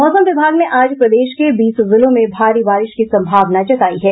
मौसम विभाग ने आज प्रदेश के बीस जिलों में भारी बारिश की सम्भावना जतायी है